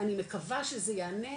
אני מקווה שזה יענה,